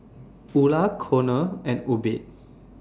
Ula Conor and Obed